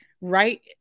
right